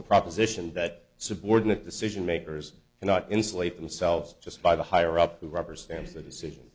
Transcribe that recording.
the proposition that subordinate decision makers cannot insulate themselves just by the higher up the rubber stamps a decision